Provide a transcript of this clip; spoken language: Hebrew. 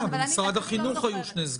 במשרד החינוך היו שני סגנים.